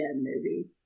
movie